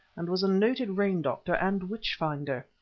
and was a noted rain-doctor and witch-finder.